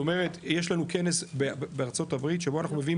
זאת אומרת יש לנו כנס בארצות הברית שבו אנחנו מביאים